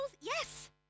Yes